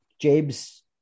James